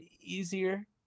easier